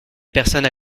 personnes